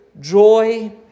joy